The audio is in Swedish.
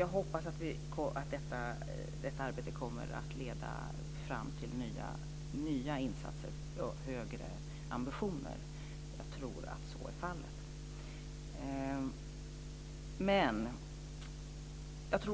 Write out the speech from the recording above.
Jag hoppas och tror att detta arbete kommer att leda fram till nya insatser och högre ambitioner. Jag tror